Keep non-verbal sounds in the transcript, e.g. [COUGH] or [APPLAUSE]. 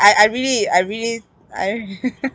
I really I really I re~ [LAUGHS]